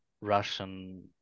Russian